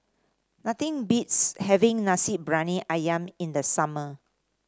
nothing beats having Nasi Briyani ayam in the summer